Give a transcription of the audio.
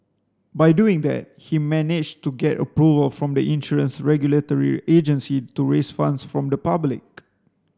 by doing that he managed to get approval from the insurance regulatory agency to raise funds from the public